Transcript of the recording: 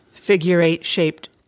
Figure-eight-shaped